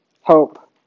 Hope